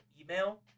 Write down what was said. email